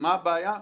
מה הבעיה?